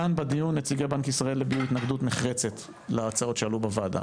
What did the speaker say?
כאן בדיון נציגי בנק ישראל הביעו התנגדות נחרצת להצעות שעלו בוועדה.